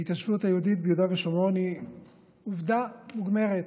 ההתיישבות היהודית ביהודה ושומרון היא עובדה מוגמרת.